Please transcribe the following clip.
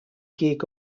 gig